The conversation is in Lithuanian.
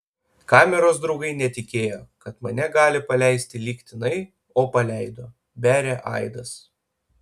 kameros draugai netikėjo kad mane gali paleisti lygtinai o paleido beria aidas